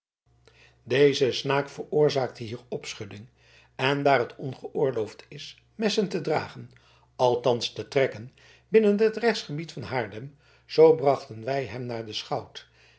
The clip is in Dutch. deze snaak veroorzaakte hier opschudding en daar het ongeoorloofd is messen te dragen althans te trekken binnen het rechtsgebied van haarlem zoo brachten wij hem naar den schout